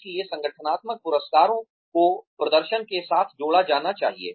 इसलिए संगठनात्मक पुरस्कारों को प्रदर्शन के साथ जोड़ा जाना चाहिए